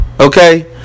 Okay